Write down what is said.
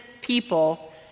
people